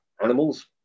animals